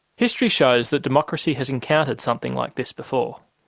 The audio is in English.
history shows that democracy has encountered something like this before.